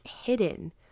hidden